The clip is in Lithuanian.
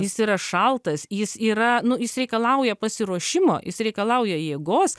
jis yra šaltas jis yra nu jis reikalauja pasiruošimo jis reikalauja jėgos